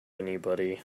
anybody